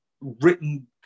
written